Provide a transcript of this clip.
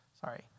sorry